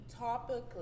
topically